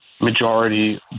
majority